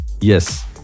Yes